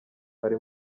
bari